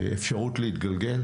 אפשרות להתגלגל,